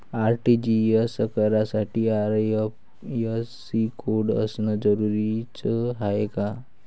RTGS करासाठी IFSC code असनं जरुरीच हाय का?